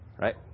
right